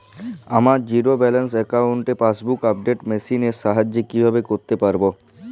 আমার zero balance অ্যাকাউন্টে passbook update machine এর সাহায্যে কীভাবে করতে পারব?